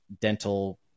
dental